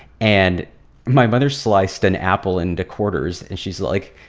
and my mother sliced an apple into quarters, and she's like,